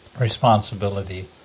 responsibility